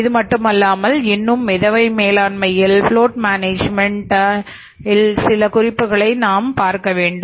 இது மட்டுமல்லாமல் இன்னும் மிதவை மேலாண்மையில் பிளோட் மேனேஜ்மென்ட் சில குறிப்புகளை நாம் பார்க்க வேண்டும்